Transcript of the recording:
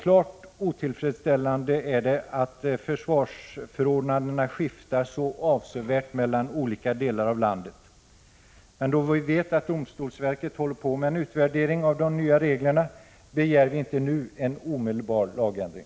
Klart otillfredsställande är också att försvarsförordnandena skiftar så avsevärt mellan olika delar av landet. Men då vi vet att domstolsverket håller på med en utvärdering av de nya reglerna begär vi inte nu en omedelbar lagändring.